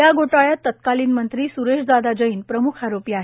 या घोटाळ्यात तत्कालीन मंत्री स्रेश दादा जैन प्रमुख आरोपी आहेत